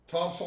Tom